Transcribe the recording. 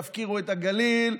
יפקירו את הגליל,